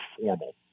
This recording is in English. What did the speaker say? formal